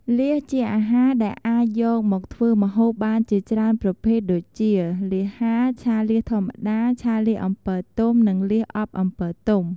លៀសជាអាហារដែលអាចយកមកធ្វើម្ហូបបានជាច្រើនប្រភេទដូចជា លៀសហាល ឆាលៀសធម្មតា ឆាលៀសអំពិលទុំ និងលៀសអប់អំពិលទុំ ។